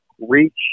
reach